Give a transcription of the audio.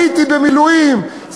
הייתי במילואים,